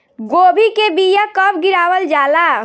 गोभी के बीया कब गिरावल जाला?